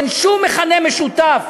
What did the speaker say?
אין שום מכנה משותף